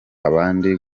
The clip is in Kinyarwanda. abandi